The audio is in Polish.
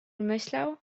myślał